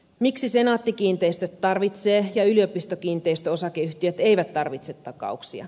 miksi senaatti kiinteistöt tarvitsevat ja yliopistokiinteistöosakeyhtiöt eivät tarvitse takauksia